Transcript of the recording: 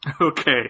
Okay